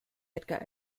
edgar